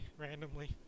randomly